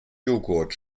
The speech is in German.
jogurt